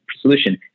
solution